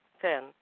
Ten